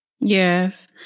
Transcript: Yes